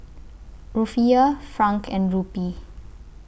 Rufiyaa Franc and Rupee